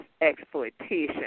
exploitation